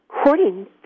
according